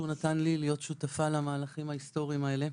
שנתן לי להיות שותפה למהלכים ההיסטוריים האלה.